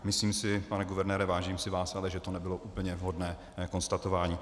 Myslím si, pane guvernére, vážím si vás, ale že to nebylo úplně vhodné konstatování.